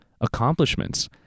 accomplishments